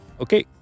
Okay